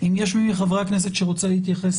אם יש מי מחברי הכנסת שרוצה להתייחס